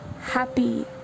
happy